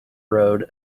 road